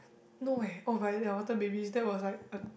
no eh oh but ya water babies that was like a